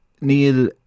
Neil